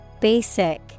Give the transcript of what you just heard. Basic